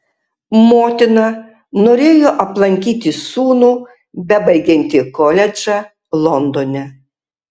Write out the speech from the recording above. motina norėjo aplankyti sūnų bebaigiantį koledžą londone